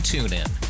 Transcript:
TuneIn